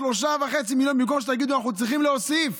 3.5 מיליון, במקום שתגידו: אנחנו צריכים להוסיף,